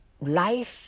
life